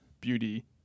beauty